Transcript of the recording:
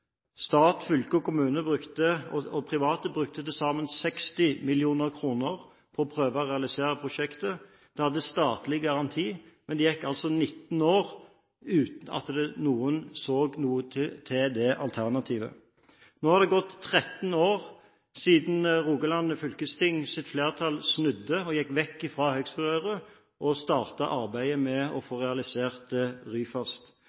Stat, fylke, kommune og private brukte til sammen 60 mill. kr på å prøve å realisere prosjektet. Det hadde statlig garanti, men det gikk altså 19 år uten at noen så noe til det alternativet. Nå har det gått 13 år siden flertallet i Rogaland fylkesting snudde og gikk bort fra Høgsfjordrøret og startet arbeidet med å få realisert Ryfast.